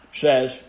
says